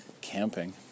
camping